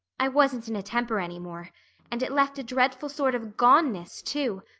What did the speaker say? i wasn't in a temper anymore and it left a dreadful sort of goneness, too.